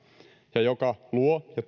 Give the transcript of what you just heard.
ja joka luo ja